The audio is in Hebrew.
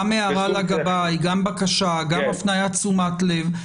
גם הערה לגבאי, גם בקשה, גם הפניית תשומת לב.